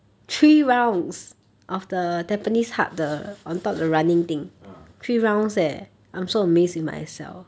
ah